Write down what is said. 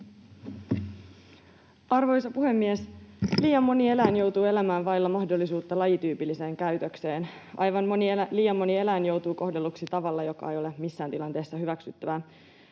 Arvoisa puhemies! Liian moni eläin joutuu elämään vailla mahdollisuutta lajityypilliseen käytökseen. Aivan liian moni eläin joutuu kohdelluksi tavalla, joka ei ole missään tilanteessa hyväksyttävää.